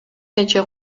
нече